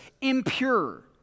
impure